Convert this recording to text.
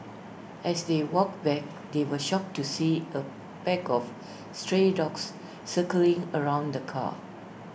as they walked back they were shocked to see A pack of stray dogs circling around the car